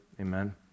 Amen